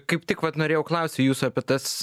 kaip tik vat norėjau klausti jūsų apie tas